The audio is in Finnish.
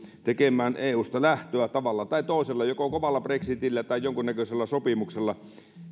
tekemään eusta lähtöä tavalla tai toisella joko kovalla brexitillä tai jonkunnäköisellä sopimuksella